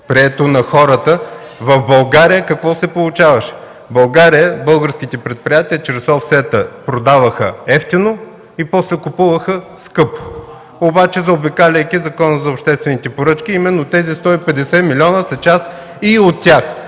прието от хората, в България какво се получаваше – в България българските предприятия чрез офсета продаваха евтино и после купуваха скъпо, обаче заобикаляйки Закона за обществените поръчки и именно тези 150 милиона са част и от тях.